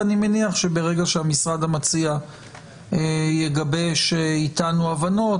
ואני מניח שברגע שהמשרד המציע יגבש איתנו הבנות,